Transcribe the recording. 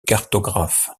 cartographe